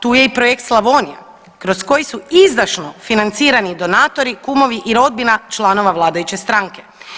Tu je i Projekt Slavonija kroz koji su izdašno financirani donatori, kumovi i rodbina članova vladajuće stranke.